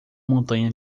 montanha